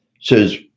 says